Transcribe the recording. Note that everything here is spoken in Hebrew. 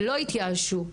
ולא התייאשו.